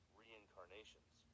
reincarnations